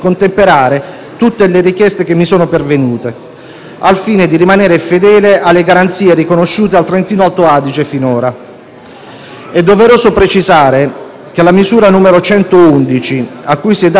È doveroso precisare che la misura n. 111, a cui si è data piena attuazione nel disegno di legge in esame, prevede il rispetto della proporzione tra i parlamentari rappresentanti dei diversi gruppi linguistici,